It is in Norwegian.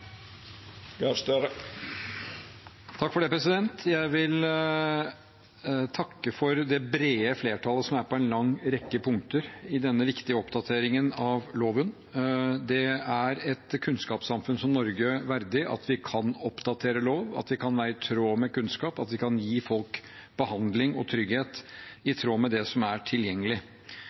Jeg vil takke for det brede flertallet som er på en rekke punkter i denne viktige oppdateringen av loven. Det er et kunnskapssamfunn som Norge verdig at vi kan oppdatere lover, at vi kan være i tråd med kunnskap, at vi kan gi folk behandling og trygghet, i tråd med det som er tilgjengelig.